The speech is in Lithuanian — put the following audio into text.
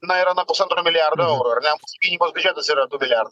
nayra nuo pusantro milijardo eurų ar ne gynybos biudžetas yra du milijardai